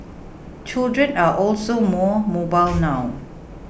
children are also more mobile now